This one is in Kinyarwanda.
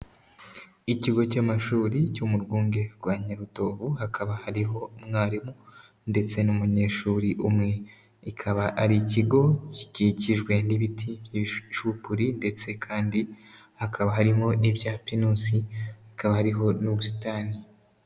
Ikigo cy'amashuri cyo mu rwunge rwa Nyarutovu, hakaba hariho umwarimu ndetse n'umunyeshuri umwe. Kikaba ari ikigo gikikijwe n'ibiti by'ibicupuri ndetse kandi hakaba harimo n'ibya penusi hakaba hariho n'ubusitani.